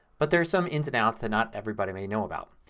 but there's some ins and outs that not everybody may know about.